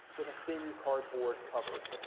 with a thin cardboard cover.